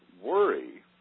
worry